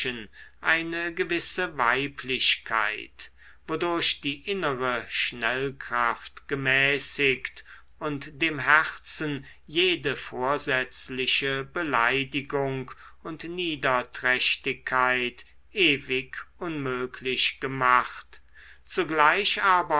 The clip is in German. eine gewisse weiblichkeit wodurch die innere schnellkraft gemäßigt und dem herzen jede vorsätzliche beleidigung und niederträchtigkeit ewig unmöglich gemacht zugleich aber